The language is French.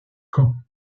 caen